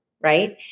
right